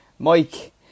Mike